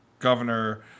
Governor